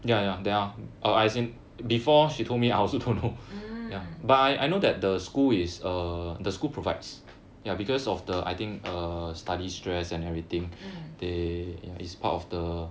mm mm